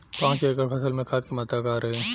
पाँच एकड़ फसल में खाद के मात्रा का रही?